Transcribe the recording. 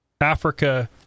Africa